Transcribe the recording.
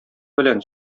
белән